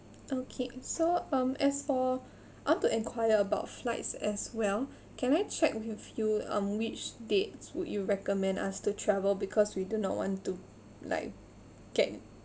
okay so um as for I want to enquire about flights as well can I check with you um which date would you recommend us to travel because we do not want to like get